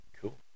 Cool